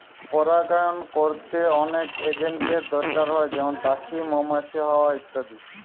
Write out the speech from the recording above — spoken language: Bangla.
পরাগায়ন কোরতে অনেক এজেন্টের দোরকার হয় যেমন পাখি, মৌমাছি, হাওয়া ইত্যাদি